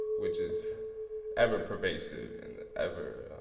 which is ever pervasive and ever